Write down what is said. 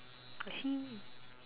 I see